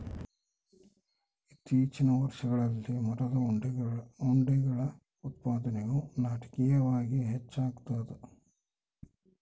ಇತ್ತೀಚಿನ ವರ್ಷಗಳಲ್ಲಿ ಮರದ ಉಂಡೆಗಳ ಉತ್ಪಾದನೆಯು ನಾಟಕೀಯವಾಗಿ ಹೆಚ್ಚಾಗ್ತದ